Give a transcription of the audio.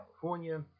California